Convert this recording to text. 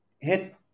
hit